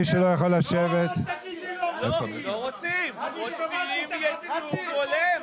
רוצים ייצוג הולם.